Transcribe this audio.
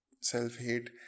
self-hate